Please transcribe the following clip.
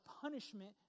punishment